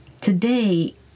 Today